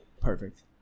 perfect